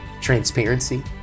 Transparency